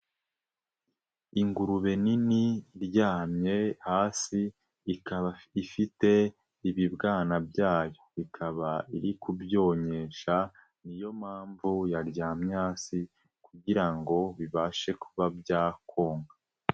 Ingurube nini iryamye hasi ikaba ifite ibibwana byayo, ikaba iri kubyonyesha ni yo mpamvu yaryamye hasi kugira ngo bibashe kuba byakonka.